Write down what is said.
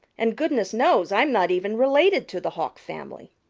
and goodness knows i'm not even related to the hawk family.